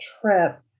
trip